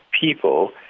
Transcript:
people